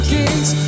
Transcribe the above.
Kings